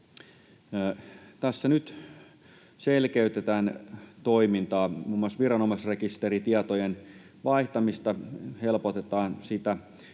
Tässä nyt selkeytetään toimintaa. Muun muassa viranomaisrekisteritietojen vaihtamista helpotetaan siten,